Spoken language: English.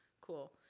cool